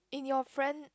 in your friend